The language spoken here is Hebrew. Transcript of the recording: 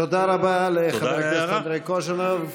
תודה רבה לחבר הכנסת אנדרי קוז'ינוב.